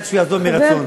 כדי שהם יעזבו מרצון.